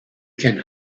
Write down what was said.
can